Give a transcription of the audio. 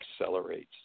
accelerates